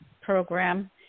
program